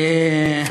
תודה רבה.